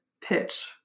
pitch